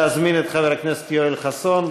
להזמין את חבר הכנסת יואל חסון.